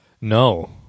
No